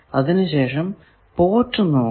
അതിനു ശേഷം പോർട്ട് നോക്കുക